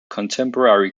contemporary